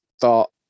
thought